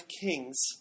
kings